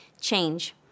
Change